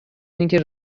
اینکه